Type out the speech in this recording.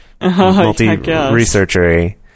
multi-researchery